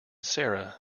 sarah